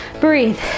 Breathe